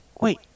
Wait